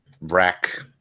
rack